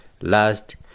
Last